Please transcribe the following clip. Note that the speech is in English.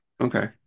Okay